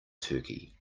turkey